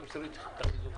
תמסרי את זה בבקשה.